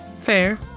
fair